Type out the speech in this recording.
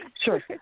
Sure